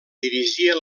dirigia